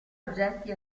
oggetti